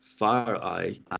FireEye